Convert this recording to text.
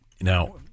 Now